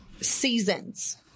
seasons